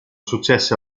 successe